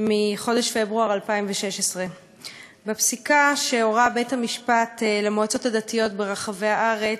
מחודש פברואר 2016. בפסיקה הורה בית-המשפט למועצות הדתיות ברחבי הארץ